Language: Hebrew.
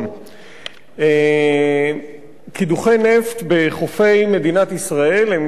קידוחי נפט בחופי מדינת ישראל יכולים להיות ברכה,